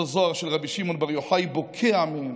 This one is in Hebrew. אותו זוהר של רבי שמעון בר יוחאי בוקע מהן,